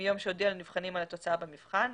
מיום שהודיע לנבחנים על התוצאה במבחן.